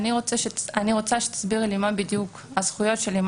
אני רוצה שתסבירי לי מה בדיוק הזכויות שלי,